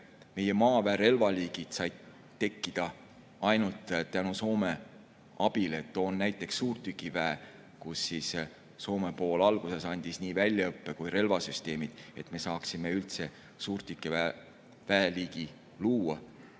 meie maaväe relvaliigid said tekkida ainult tänu Soome abile. Toon näiteks suurtükiväe, kus Soome pool alguses andis nii väljaõppe kui ka relvasüsteemid, et me saaksime üldse suurtüki väeliigi luua.